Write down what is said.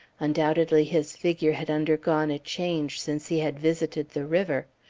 undoubtedly his figure had undergone a change since he had visited the river.